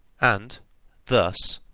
and thus,